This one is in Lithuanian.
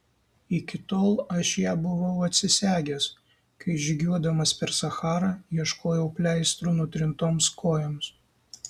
iki tol aš ją buvau atsisegęs kai žygiuodamas per sacharą ieškojau pleistrų nutrintoms kojoms